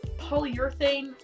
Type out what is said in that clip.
polyurethane